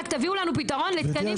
רק תביאו לנו פתרון לתקנים קבועים.